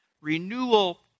renewal